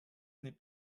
n’est